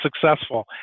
successful